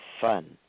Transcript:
fun